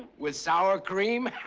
with sour cream?